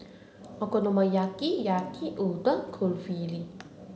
Okonomiyaki Yaki Udon Kulfi